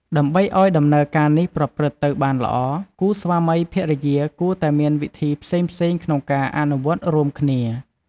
ដើម្បីឲ្យដំណើរការនេះប្រព្រឹត្តទៅបានល្អ គូស្វាមីភរិយាគួរតែមានវីធីផ្សេងៗក្នុងការអនុវត្តរួមគ្នា។